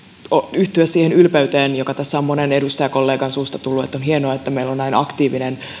yhtyä ylpeyteen siitä joka tässä on monen edustajakollegan suusta kuultu että on hienoa että meillä on näin aktiivinen